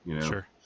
Sure